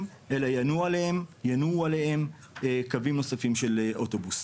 אלא ינועו עליהם קווים נוספים של אוטובוס,